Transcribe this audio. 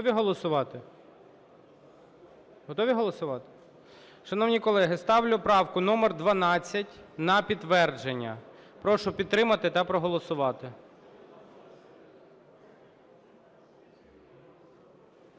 Готові голосувати? Готові голосувати? Шановні колеги, ставлю правку номер 12 на підтвердження. Прошу підтримати та проголосувати.